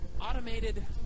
Automated